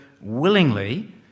willingly